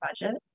budget